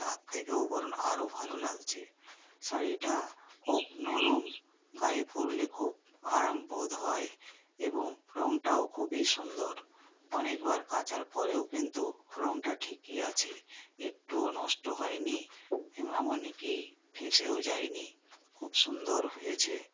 তার থেকেও বরং আরও ভালো লাগছে শাড়িটা খুব নরম গায়ে পরলে খুব আরাম বোধ হয় এবং রঙটাও খুবই সুন্দর অনেকবার কাচার পরেও কিন্তু রঙটা ঠিকই আছে একটুও নষ্ট হয়নি এমনকি ফেঁসেও যায়নি খুব সুন্দর হয়েছে